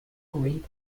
great